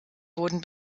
wurden